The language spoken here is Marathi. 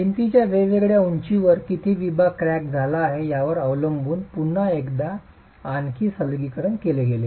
भिंतीच्या वेगवेगळ्या उंचीवर किती विभाग क्रॅक झाला आहे यावर अवलंबून पुन्हा एकदा आणखी सरलीकरण केले गेले